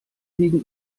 liegen